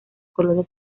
colonias